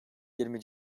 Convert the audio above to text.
yirmi